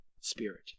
Spirit